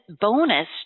bonus